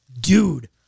Dude